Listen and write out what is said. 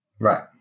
Right